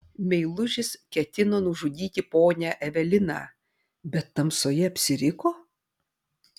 meilužis ketino nužudyti ponią eveliną bet tamsoje apsiriko